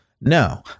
No